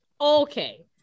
Okay